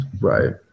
Right